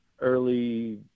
early